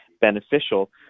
beneficial